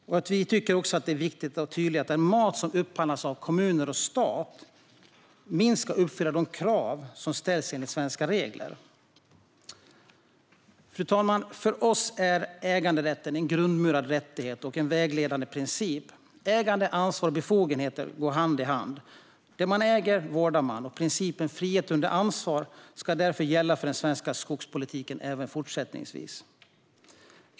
Det är också viktigt att vara tydlig med att den mat som upphandlas av kommuner och staten minst ska uppfylla de krav som ställs enligt svenska regler. Fru talman! För oss är äganderätten en grundmurad rättighet och en vägledande princip. Ägande, ansvar och befogenheter går hand i hand. Det man äger vårdar man. Därför ska principen om frihet under ansvar gälla för den svenska skogspolitiken även fortsättningsvis.